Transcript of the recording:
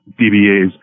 DBAs